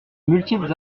multiples